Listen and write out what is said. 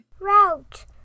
route